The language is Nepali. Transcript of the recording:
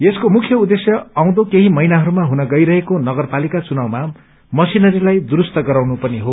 यसको मुख्य उद्देश्य आउँदो केही महीनाहरूमा हुन गइरहेको नगरपालिका चुनावया मशिनरीलाई दुरूसत गराउनु पनि हो